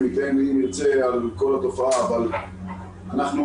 אבל אנחנו